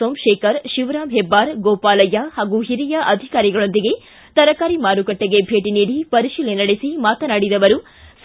ಸೋಮಶೇಖರ್ ಶಿವರಾಮ್ ಹೆಬ್ಬಾರ್ ಗೋಪಾಲಯ್ತ ಮತ್ತು ಓರಿಯ ಅಧಿಕಾರಿಗಳೊಂದಿಗೆ ತರಕಾರಿ ಮಾರುಕಟ್ನೆಗೆ ಭೇಟಿ ನೀಡಿ ಪರಿಶೀಲನೆ ನಡೆಸಿ ಮಾತನಾಡಿದ ಅವರು